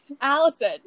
Allison